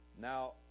Now